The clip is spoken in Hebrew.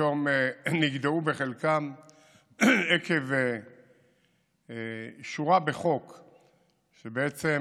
פתאום נגדעו בחלקם עקב שורה בחוק שבעצם